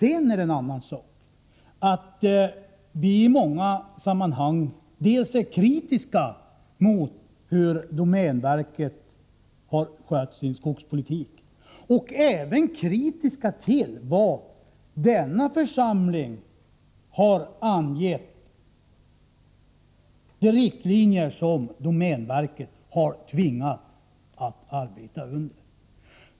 Sedan är det en annan sak att vi i många sammanhang är kritiska dels mot hur domänverket har skött sin skogspolitik, dels mot de riktlinjer som denna församling har angett och efter vilka domänverket har tvingats att arbeta.